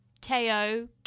Teo